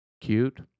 Cute